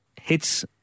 hits